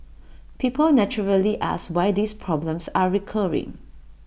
people naturally ask why these problems are recurring